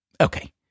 Okay